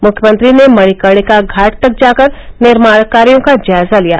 मुख्यमंत्री ने मणिकर्णिका घाट तक जाकर निर्माण कायों का जायजा लिया